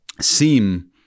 seem